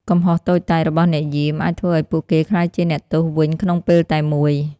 កំហុសតូចតាចរបស់អ្នកយាម អាចធ្វើឱ្យពួកគេក្លាយជាអ្នកទោសវិញក្នុងពេលតែមួយ។